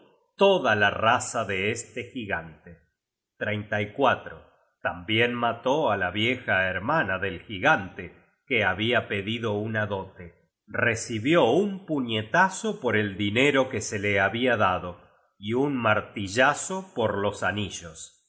toda la raza de este gigante tambien mató á la vieja hermana del gigante que habia pedido una dote recibió un puñetazo por el dinero que se la habia dado y un martillazo por los anillos